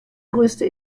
größte